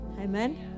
Amen